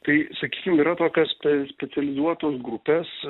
tai sakykim yra tokios specializuotos grupės